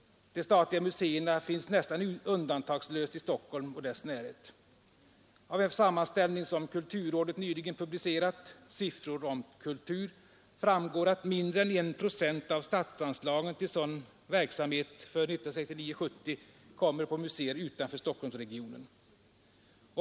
De statliga museerna finns nästan undantagslöst i Stockholm eller dess närhet. Av en sammanställning som kulturrådet nyligen publicerat — Siffror om kultur — framgår att mindre än 1 procent av statsanslagen till sådan verksamhet för budgetåret 1969/70 avser museer utanför Stockholmsregionen.